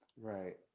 right